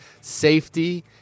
safety